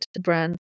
brand